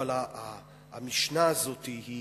אבל המשנה הזאת היא